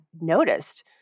noticed